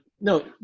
no